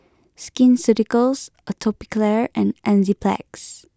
Skin Ceuticals Atopiclair and Enzyplex